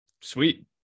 sweet